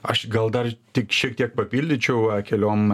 aš gal dar tik šiek tiek papildyčiau keliom